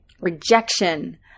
rejection